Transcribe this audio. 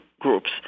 groups